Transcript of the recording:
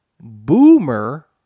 Boomer